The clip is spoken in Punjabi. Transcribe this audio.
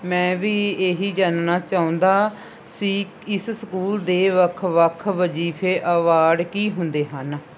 ਮੈਂ ਵੀ ਇਹੀ ਜਾਣਨਾ ਚਾਹੁੰਦਾ ਸੀ ਇਸ ਸਕੂਲ ਦੇ ਵੱਖ ਵੱਖ ਵਜ਼ੀਫ਼ੇ ਅਵਾਰਡ ਕੀ ਹੁੰਦੇ ਹਨ